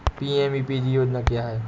PMEPG योजना क्या है?